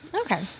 Okay